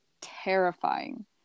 terrifying